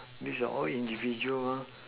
these are all individual mah